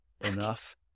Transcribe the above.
enough